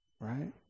right